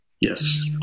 Yes